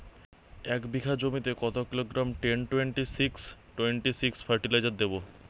এক বিঘা জমিতে কত kilogram ten twenty six twenty six fertiliser দেবো?